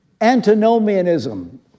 antinomianism